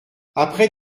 après